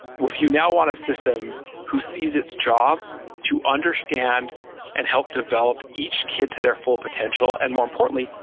if you now want a system who sees its job to understand and help develop each kid to their full potential and more importantly,